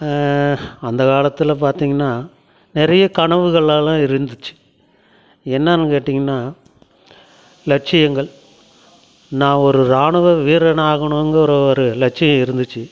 அந்த காலத்தில் பார்த்தீங்கனா நிறைய கனவுகளெல்லாம் இருந்துச்சு என்னென்னு கேட்டீங்கனா லட்சியங்கள் நான் ஒரு ராணுவ வீரன் ஆகணுங்கிற ஒரு லட்சியம் இருந்துச்சு